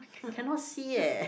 cannot see eh